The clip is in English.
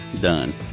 done